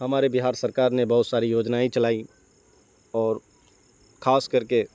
ہمارے بہار سرکار نے بہت ساری یوجنائیں چلائیں اور خاص کر کے